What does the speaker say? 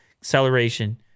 acceleration